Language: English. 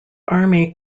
army